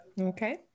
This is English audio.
okay